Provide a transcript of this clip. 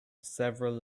several